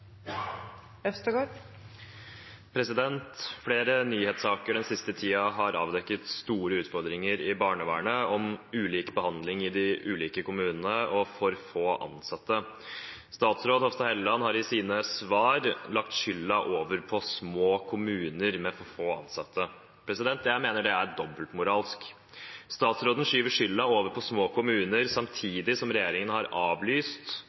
Øvstegård – til oppfølgingsspørsmål. Flere nyhetssaker den siste tiden har avdekket store utfordringer i barnevernet, om ulik behandling i de ulike kommunene og for få ansatte. Statsråd Hofstad Helleland har i sine svar lagt skylda over på små kommuner med for få ansatte. Jeg mener det er dobbeltmoralsk. Statsråden skyver skylda over på små kommuner samtidig som regjeringen har avlyst